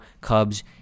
Cubs